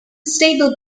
stable